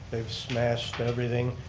they've smashed everything,